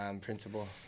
Principal